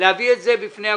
להביא את זה בפני הקופות,